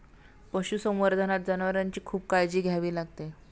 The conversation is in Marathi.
पशुसंवर्धनात जनावरांची खूप काळजी घ्यावी लागते